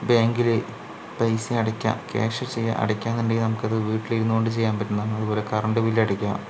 ബാങ്കില് പൈസ അടയ്ക്കാൻ ക്യാഷ് ചെയ്യാ അടയ്ക്കണമെന്നുണ്ടെങ്കിൽ നമുക്കത് വീട്ടിലിരുന്നു കൊണ്ട് ചെയ്യാൻ പറ്റുന്നതാണ് അതുപോലെ കറൻറ്റ് ബില്ല് അടക്കാം